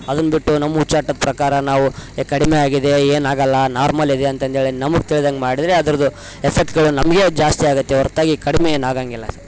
ಅದನ್ನು ಬಿಟ್ಟು ನಮ್ಮ ಹುಚ್ಚಾಟದ ಪ್ರಕಾರ ನಾವು ಏ ಕಡಿಮೆ ಆಗಿದೆ ಏನಾಗಲ್ಲ ನಾರ್ಮಲ್ ಇದೆ ಅಂತಂದೇಳಿ ನಮ್ಗೆ ತಿಳ್ದಂಗೆ ಮಾಡಿದರೆ ಅದ್ರುದ್ದು ಎಫೆಕ್ಟ್ಗಳು ನಮಗೆ ಜಾಸ್ತಿ ಆಗುತ್ತೆ ಹೊರತಾಗಿ ಕಡಿಮೆ ಏನು ಆಗೊಂಗಿಲ್ಲ ಸರ್